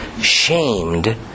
Shamed